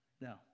No